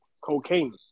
cocaine